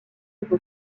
évoqué